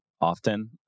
often